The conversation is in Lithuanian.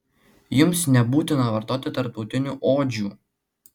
jums nebūtina vartoti tarptautinių odžių